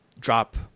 drop